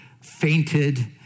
fainted